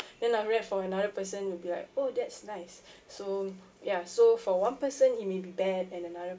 then after that for another person it'll be like oh that's nice so ya so for one person it may be bad and another